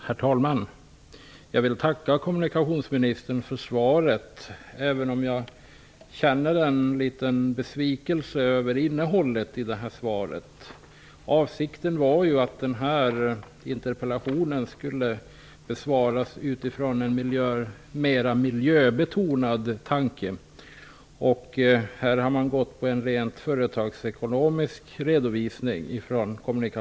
Herr talman! Jag vill tacka kommunikationsministern för svaret, även om jag känner en liten besvikelse över innehållet i svaret. Avsikten var att interpellationen skulle besvaras utifrån en mer miljöbetonad tankegång. Här har kommunikationsministern gjort en rent företagsekonomisk redovisning.